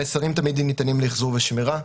המסרים תמיד ניתנים לאחזור ושמירה,